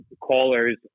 callers